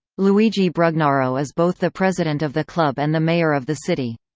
luigi brugnaro is both the president of the club and the mayor of the city.